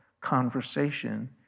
conversation